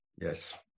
yes